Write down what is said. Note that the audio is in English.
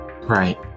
Right